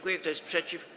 Kto jest przeciw?